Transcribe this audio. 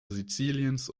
siziliens